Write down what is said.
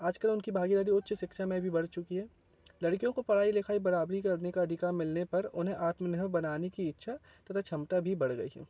आज कल उनकी भागीदारी उच्च शिक्षा में भी बढ़ चुकी है लड़कियों को पढ़ाई लिखाई बराबरी करने का अधिकार मिलने पर उन्हें आत्मनिर्भर बनाने कि इच्छा तथा क्षमता भी बढ़ गई है